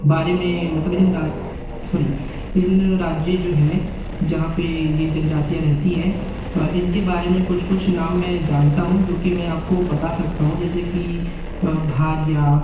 बारे में मतलब इन सॉरी इन राज्य जो हैं जहाँ पर ये जनजातिया रहती हैं इनके बारे में कुछ कुछ नाम मैं जानता हूँ जो कि मैं आपको बता सकता हूँ जैसे कि भारिया